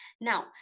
Now